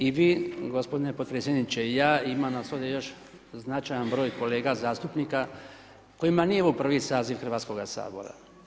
I vi gospodine potpredsjedniče i ja, ima nas ovdje još značajan broj kolega zastupnika kojima nije ovo prvi saziv Hrvatskoga sabora.